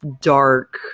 dark